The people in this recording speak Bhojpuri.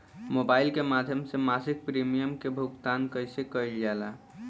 मोबाइल के माध्यम से मासिक प्रीमियम के भुगतान कैसे कइल जाला?